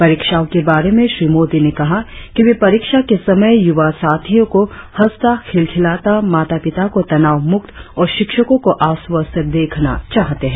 परीक्षाओं के बारे में श्री मोदी ने कहा कि वे परीक्षा के समय युवा साथियों को हंसता खिलखिलाता माता पिता को तनाव मुक्त और शिक्षकों को आश्वस्त देखना चाहते हैं